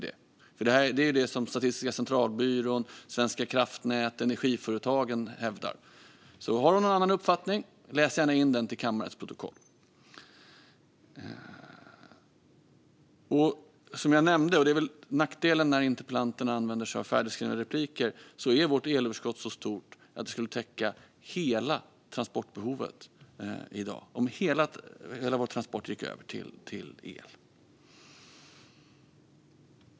Detta är nämligen vad Statistiska centralbyrån, Svenska kraftnät och Energiföretagen hävdar. Har hon någon annan uppfattning får hon alltså gärna ange den för kammarprotokollets skull. Som jag nämnde - detta är väl nackdelen med att interpellanten använder sig av färdigskrivna inlägg - är vårt elöverskott så stort att det skulle täcka hela transportbehovet i dag, alltså om hela vår transportsektor gick över till el.